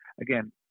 again